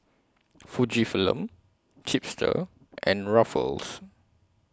Fujifilm Chipster and Ruffles